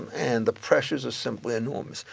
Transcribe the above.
and the pressures are simply enormous.